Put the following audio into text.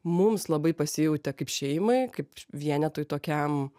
mums labai pasijautė kaip šeimai kaip vienetui tokiam